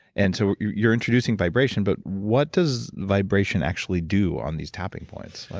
and so you're introducing vibration, but what does vibration actually do on these tapping points?